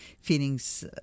feelings